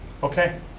okay.